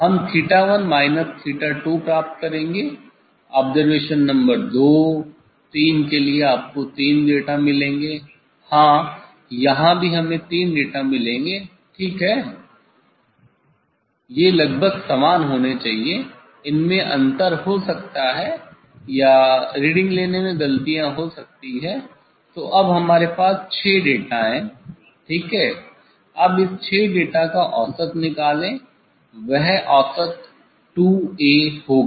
हम '𝚹1' माइनस '𝚹2' प्राप्त करेंगे ऑब्जरवेशन नंबर 2 3 के लिए आपको 3 डेटा मिलेंगे हाँ यहाँ भी हमें 3 डेटा मिलेंगे ठीक है वे लगभग समान होने चाहिए उनमें अंतर हो सकता है या रीडिंग लेने में ग़लतियाँ हो सकती हैं तो अब हमारे पास 6 डेटा है ठीक है अब इस 6 डेटा का औसत निकालें वह औसत '2A' होगा